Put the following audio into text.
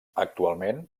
actualment